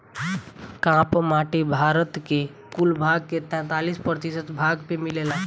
काप माटी भारत के कुल भाग के तैंतालीस प्रतिशत भाग पे मिलेला